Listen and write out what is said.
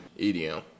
EDM